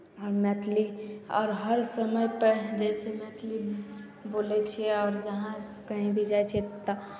मैथिली आओर हर समयपर जइसे मैथिलीए बोलै छियै आओर जहाँ कहीँ भी जाइ छियै तऽ